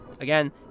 again